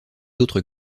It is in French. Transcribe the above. autres